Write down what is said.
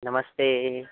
नमस्ते